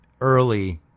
early